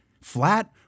Flat